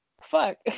fuck